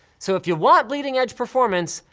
so if you want bleeding edge performance,